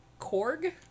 Korg